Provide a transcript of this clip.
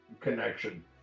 connection